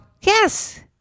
yes